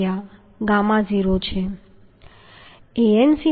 beta 1